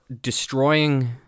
destroying